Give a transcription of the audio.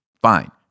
Fine